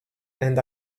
and